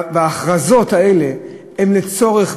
וההכרזות האלה הן לצורך,